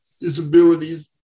disabilities